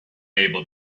able